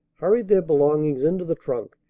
hurried their belongings into the trunk,